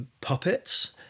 puppets